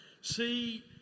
See